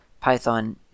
Python